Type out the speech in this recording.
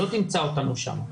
לא תמצא אותנו שם.